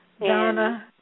Donna